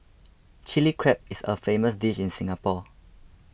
Chilli Crab is a famous dish in Singapore